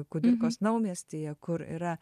kudirkos naumiestyje kur yra